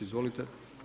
Izvolite.